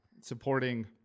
supporting